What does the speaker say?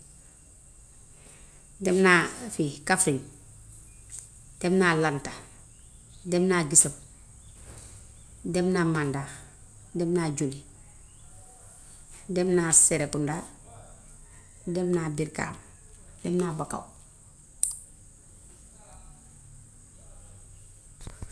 Dem naa fii kafrindem naa lanta, dem naa disëp, dem naa màndax, dem naa juli, dem naa sirekundaa, dem naa birkaam, dem naa bakaw.